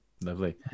lovely